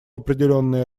определенные